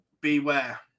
Beware